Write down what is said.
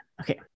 okay